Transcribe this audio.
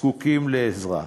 זקוקים לעזרה.